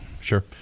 sure